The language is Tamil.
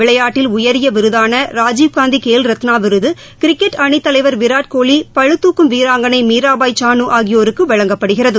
விளையாட்டில் உயரிய விருதான ராஜீவ்காந்தி கேல் ரத்னா விருது கிரிக்கெட் அணித் தலைவர் விராட்கோலி பளுதுக்கும் வீராங்களை மீராபாய் சானு ஆகியோருக்கு வழங்கப்படுகிறது